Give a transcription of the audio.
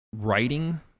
writing